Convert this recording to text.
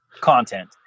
content